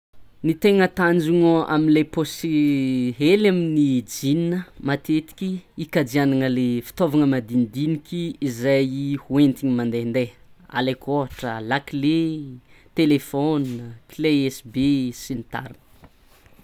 Ny taigna tanjogno amy lay paosy hely amin'ny jean an matetiky ikajianagna le fitaovagna madinidiniky izay hoentigny mandaihandaiha, alaiky ohatra la clé e, téléphone a, clé USB sy ny tariny.